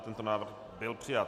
Tento návrh byl přijat.